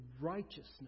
righteousness